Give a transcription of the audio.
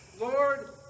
Lord